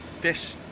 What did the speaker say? fish